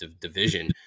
division